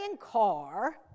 car